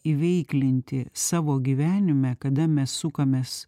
įveiklinti savo gyvenime kada mes sukamės